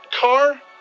car